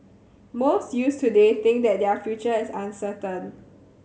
most youths today think that their future is uncertain